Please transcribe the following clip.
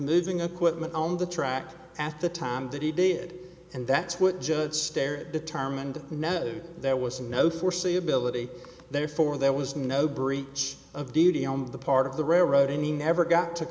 moving a quick move on the track at the time that he did and that's what judge stair determined no there wasn't no foreseeability therefore there was no breach of duty on the part of the railroad and he never got to